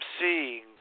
seeing